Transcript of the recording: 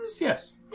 yes